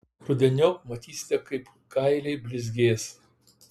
rudeniop matysite kaip kailiai blizgės